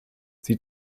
sie